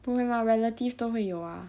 不会吗 relative 都会有啊